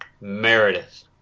Meredith